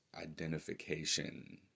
identification